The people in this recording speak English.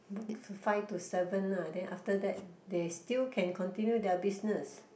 book five to seven lah then after that they still can continue their business